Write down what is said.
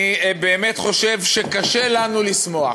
אני באמת חושב שקשה לנו לשמוח,